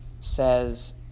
says